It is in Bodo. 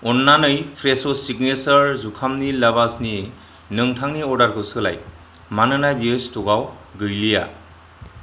अन्नानै फ्रेस' सिगनेसार जुखामनि लाबाशनि नोंथांनि अर्डारखौ सोलाय मानोना बेयो स्टकाव गैलिया